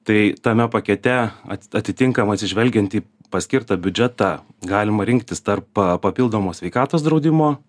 tai tame pakete atitinkamai atsižvelgiant į paskirtą biudžetą galima rinktis tarp pa papildomo sveikatos draudimo